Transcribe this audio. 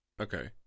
Okay